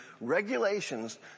regulations